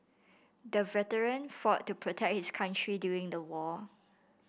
the veteran fought to protect his country during the war